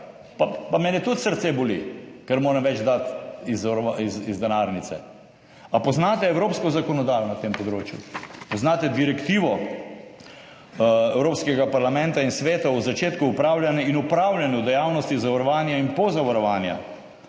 Pa mene tudi srce boli, ker moram več dati iz denarnice. Ali poznate evropsko zakonodajo na tem področju? Poznate Direktivo Evropskega parlamenta in Sveta o začetku opravljanja in opravljanju dejavnosti zavarovanja in pozavarovanja?